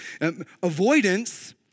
Avoidance